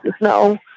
no